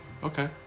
Okay